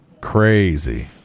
Crazy